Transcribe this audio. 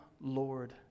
Lord